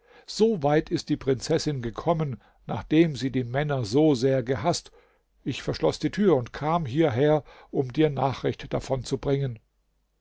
so weit ist die prinzessin gekommen nachdem sie die männer so sehr gehaßt ich verschloß die tür und kam hierher um dir nachricht davon zu bringen